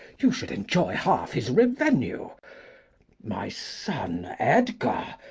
you should enjoy half his revenue my son edgar!